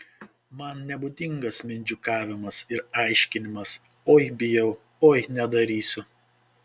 man nebūdingas mindžikavimas ir aiškinimas oi bijau oi nedarysiu